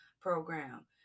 program